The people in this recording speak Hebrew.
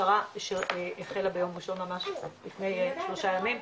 והכשרה שהחלה ביום ראשון ממש לפני שלושה ימים,